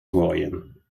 gooien